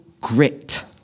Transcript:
grit